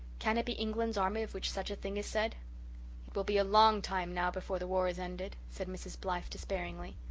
can it be england's army of which such a thing is said? it will be a long time now before the war is ended, said mrs. blythe despairingly.